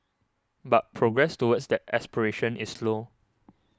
but progress towards that aspiration is slow